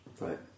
Right